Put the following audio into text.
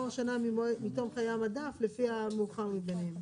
או שנה מתום חייה המדף לפי המאוחר מביניהם.